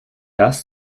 das